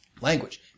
language